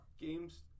Games